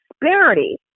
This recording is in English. disparity